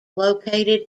located